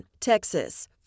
Texas